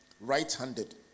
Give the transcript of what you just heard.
right-handed